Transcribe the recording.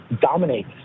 dominate